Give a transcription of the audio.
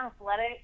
athletic